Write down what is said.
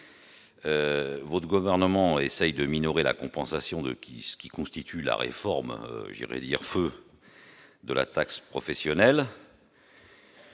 Votre gouvernement essaye de minorer la compensation de ce qui constitue la réforme de feue la taxe professionnelle.